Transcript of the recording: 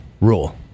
rule